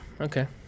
Okay